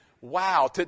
wow